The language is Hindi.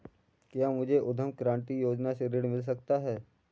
क्या मुझे उद्यम क्रांति योजना से ऋण मिल सकता है?